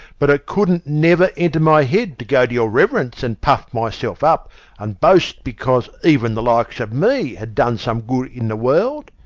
but it couldn't never enter my head to go to your reverence and puff myself up and boast because even the likes of me had done some good in the world.